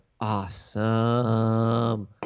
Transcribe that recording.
awesome